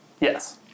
Yes